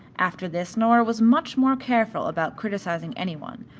after this nora was much more careful about criticising any one,